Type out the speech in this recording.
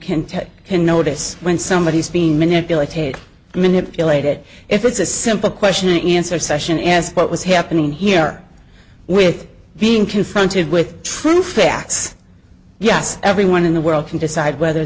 take can notice when somebody is being manipulated manipulated if it's a simple question in answer session as what was happening here with being confronted with true facts yes everyone in the world can decide whether